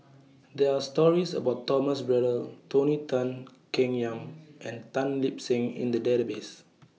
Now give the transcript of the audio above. There Are stories about Thomas Braddell Tony Tan Keng Yam and Tan Lip Seng in The Database